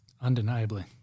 Undeniably